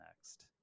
next